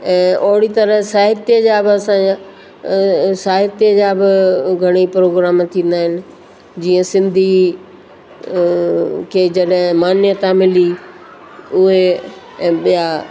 ओहिड़ी तरह साहित्य जा बि असांजा साहित्य जा बि घणेई प्रोग्राम थींदा आहिनि जीअं सिंधी खे जॾहिं मान्यता मिली उहे ऐं ॿियां